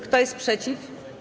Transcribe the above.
Kto jest przeciw?